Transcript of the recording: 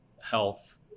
health